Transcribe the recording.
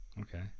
okay